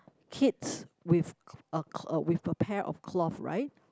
kids with a with a pair of cloth right